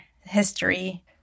history